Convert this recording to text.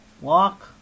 walk